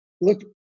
look